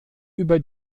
über